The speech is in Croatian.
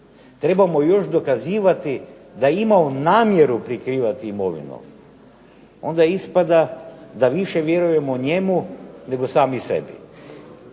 trebamo još dokazivati da je imao namjeru prikrivati imovinu, onda ispada da više vjerujemo njemu nego sami sebi.